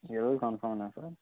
ఈరోజు కన్ఫార్మ్నా సార్